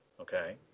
Okay